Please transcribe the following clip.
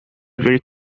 very